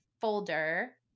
folder